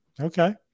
Okay